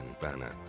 banner